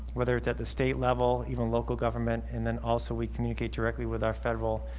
whether it's at the state level even local government, and then also we communicate directly with our federal